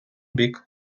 бік